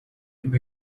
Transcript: him